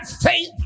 faith